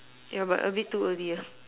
yeah but a bit too early lah